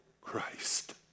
Christ